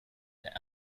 der